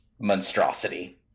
monstrosity